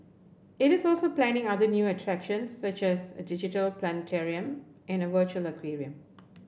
it is also planning other new attractions such as a digital planetarium and a virtual aquarium